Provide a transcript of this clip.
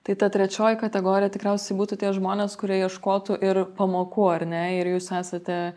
tai ta trečioji kategorija tikriausiai būtų tie žmonės kurie ieškotų ir pamokų ar ne ir jūs esate